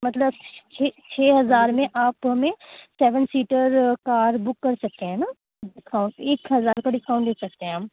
مطلب چھ چھ ہزار میں آپ ہمیں سیون سیٹر کار بک کر سکتے ہیں نا ایک ہزار کا ڈسکاؤنٹ لے سکتے ہیں ہم